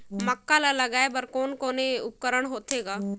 मक्का ला लगाय बर कोने कोने उपकरण होथे ग?